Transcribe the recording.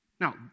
Now